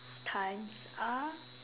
times up